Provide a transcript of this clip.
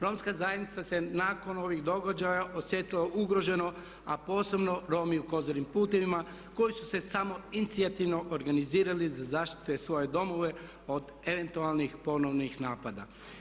Romska zajednica se nakon ovih događaja osjetila ugroženo a posebno Romi u Kozarim putevima koji su se samo inicijativno organizirali da zaštite svoje domove od eventualnih ponovnih napada.